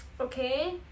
okay